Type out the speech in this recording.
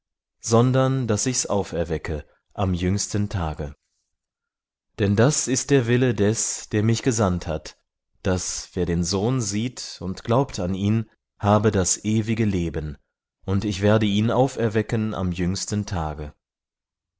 sondern daß ich's auferwecke am jüngsten tage denn das ist der wille des der mich gesandt hat daß wer den sohn sieht und glaubt an ihn habe das ewige leben und ich werde ihn auferwecken am jüngsten tage